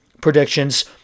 predictions